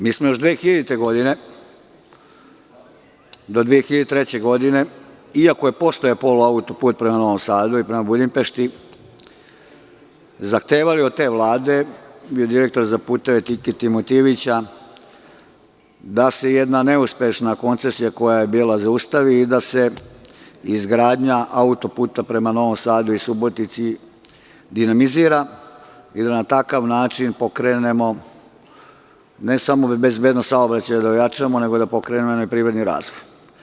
Mi smo još 2000. do 2003. godine, iako je postojao polu autoput prema Novom Sadu i prema Budimpešti, zahtevali od te Vlade i od direktora za „Puteve“, Timotijevića, da se jedna neuspešna koncesija, koja je bila, zaustavi i da se izgradnja autoputa prema Novom Sadu i Subotici dinamizira i da na takav način pokrenemo, ne samo bezbednost saobraćaja, jedan privredni razvoj.